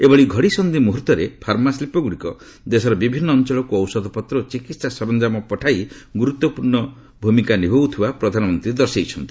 ଏଭଳି ଘଡ଼ିସନ୍ଧି ମୁହୂର୍ତ୍ତରେ ଫାର୍ମା ଶିଳ୍ପଗୁଡ଼ିକ ଦେଶର ବିଭିନ୍ନ ଅଞ୍ଚଳକୁ ଔଷଧପତ୍ର ଓ ଚିକିତ୍ସା ସରଞ୍ଜାମ ପଠାଇ ଗୁରୁତ୍ୱପୂର୍ଣ୍ଣ ଭୂମିକା ନିଭାଉଥିବା ପ୍ରଧାନମନ୍ତ୍ରୀ କହିଛନ୍ତି